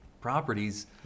properties